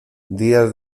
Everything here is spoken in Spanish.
días